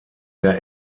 der